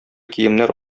киемнәр